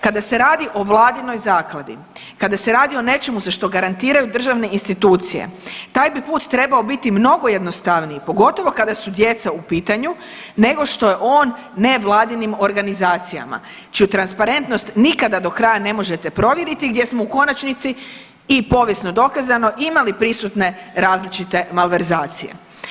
Kada se radi o vladinoj zakladi, kada se radi o nečemu za što garantiraju državne institucije taj bi put trebao biti mnogo jednostavniji, pogotovo kada su djeca u pitanju nego što je on nevladinim organizacijama čiju transparentnost nikada do kraja ne možete provjeriti gdje smo u konačnici i povijesno dokazano imali prisutne različite malverzacije.